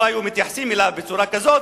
לא היו מתייחסים אליו בצורה כזאת,